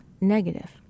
negative